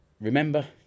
Remember